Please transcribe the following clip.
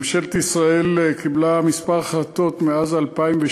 ממשלת ישראל קיבלה כמה החלטות מאז 2008,